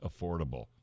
affordable